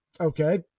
Okay